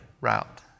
route